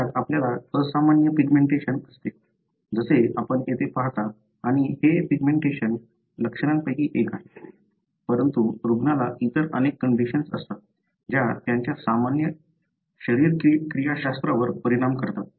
ज्यात आपल्याला असामान्य पिगमेंटेशन असते जसे आपण येथे पाहता आणि हे पिगमेंटेशन लक्षणांपैकी एक आहे परंतु रुग्णाला इतर अनेक कंडिशन्स असतात ज्या त्यांच्या सामान्य शरीरक्रियाशास्त्रावर परिणाम करतात